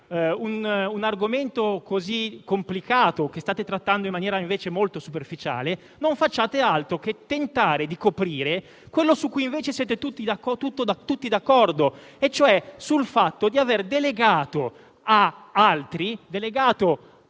un argomento così complicato, che state trattando in maniera invece molto superficiale, non facciate altro che tentare di coprire quello su cui invece siete tutti d'accordo. Mi riferisco al fatto di aver delegato tutte le